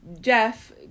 Jeff